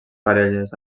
parelles